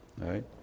Right